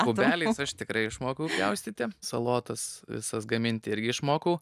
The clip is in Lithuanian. kubeliais aš tikrai išmokau pjaustyti salotas visas gaminti irgi išmokau